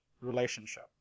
relationship